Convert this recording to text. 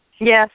Yes